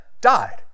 died